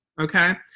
Okay